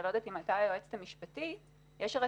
אני לא יודעת אם עלתה היועצת המשפטית אבל יש את